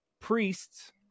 priests